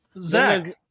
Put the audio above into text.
zach